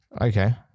Okay